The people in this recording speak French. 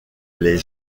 les